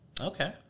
Okay